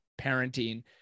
parenting